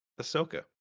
Ahsoka